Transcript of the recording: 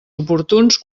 oportuns